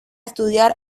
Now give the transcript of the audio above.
estudiar